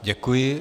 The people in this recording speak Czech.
Děkuji.